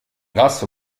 grâce